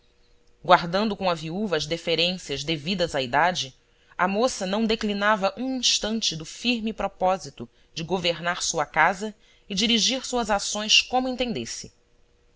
guardando com a viúva as deferências devidas à idade a moça não declinava um instante do firme propósito de governar sua casa e dirigir suas ações como entendesse